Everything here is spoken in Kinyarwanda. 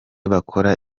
bakora